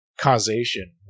causation